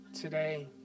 today